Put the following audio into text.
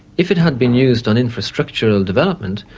if it had been used on infrastructural development,